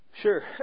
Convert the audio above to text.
Sure